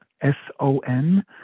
S-O-N